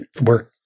work